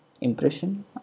impression